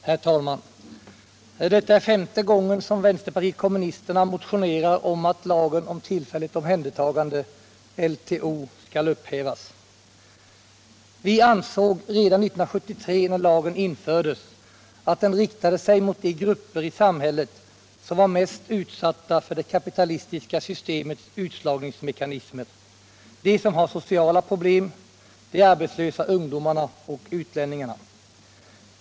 Herr talman! Detta är femte gången som vänsterpartiet kommunisterna motionerar om att lagen om tillfälligt omhändertagande — LTO -— skall upphävas. Vi ansåg redan 1973, när lagen infördes, att den riktade sig mot de grupper i samhället som var mest utsatta för det kapitalistiska systemets utslagningsmekanismer, de som har sociala problem, de arbetslösa ungdomarna och utlänningarna.